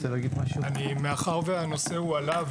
מאחר שהנושא הועלה,